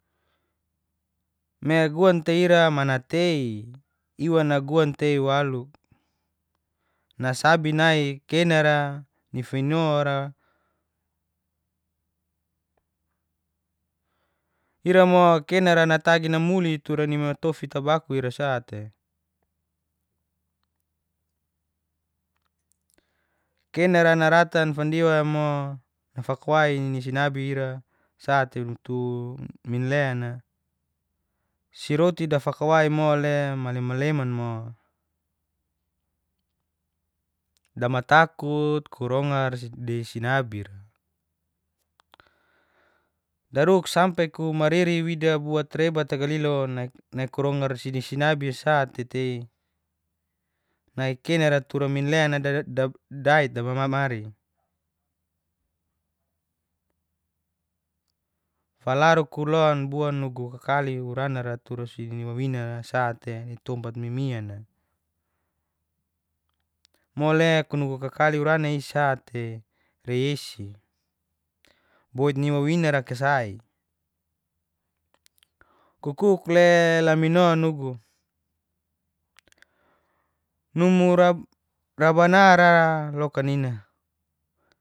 Me guan tei ira mana tei, iwa naguan tei walu nasabi nai kena'ra ni finora ira mo kena natagi namuli tura ni matofi tabaku ira sa'te, kena naratan fandiwa mo nfakawai ni sinabi ira sate tutu minlena siroti bafakawai mole male-leman mo, kumataku kurongar di sinabira, daruk sampe ku mariri wida buat rebat glilo nai kurongar sidi sinabi iasa'te tei, nai kenara tura minlena dait damama'mari falaru kulon bua nugu kakali uranara tura sini wawinara sate ditompat mimian'na, mole nugu kakali urana isate rei yesi, boit ni wawinara kasai, kukule lamino nugu numu rabanara loka nini.